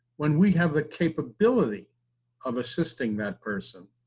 when we have the capability of assisting that person.